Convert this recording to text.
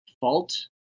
fault